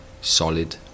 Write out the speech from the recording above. solid